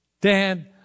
Dan